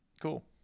Cool